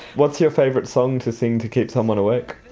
what's your favourite song to sing to keep someone awake?